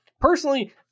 Personally